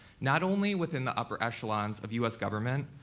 not only within the upper echelons of us government,